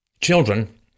Children